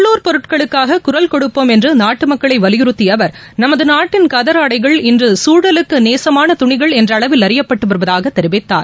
உள்ளுர் பொருட்களுக்காக குரல் கொடுப்போம் என்று நாட்டு மக்களை வலியுறுத்திய அவர் நமது நாட்டின் கதராடைகள் இன்று குழலுக்கு நேசமான துணிகள் என்ற அளவில் அறியப்பட்டு வருவதாக தெரிவித்தார்